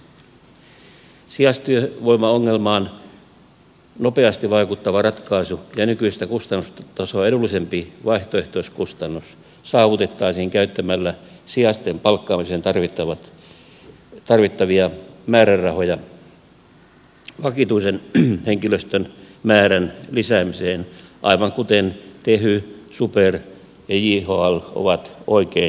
sijaistyövoimaongelmaan nopeasti vaikuttava ratkaisu ja nykyistä kustannustasoa edullisempi vaihtoehtoiskustannus saavutettaisiin käyttämällä sijaisten palkkaamiseen tarvittavia määrärahoja vakituisen henkilöstön määrän lisäämiseen aivan kuten tehy super ja jhl ovat oikein vaatineet